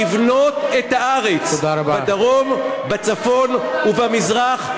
לבנות את הארץ, בדרום, בצפון ובמזרח.